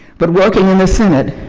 but working in the senate,